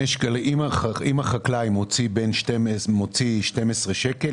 אם החקלאי מוציא 12 שקלים,